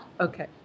Okay